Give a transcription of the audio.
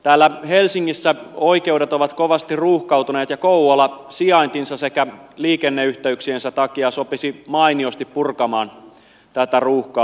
täällä helsingissä oikeudet ovat kovasti ruuhkautuneet ja kouvola sijaintinsa sekä liikenneyhteyksiensä takia sopisi mainiosti purkamaan tätä ruuhkaa